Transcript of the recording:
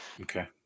okay